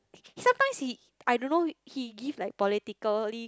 sometimes he I don't know he gives like politically